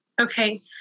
Okay